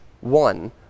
one